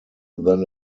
than